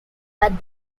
but